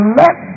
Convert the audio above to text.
let